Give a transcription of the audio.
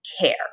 care